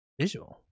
Visual